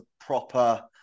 proper